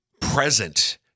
present